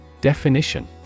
Definition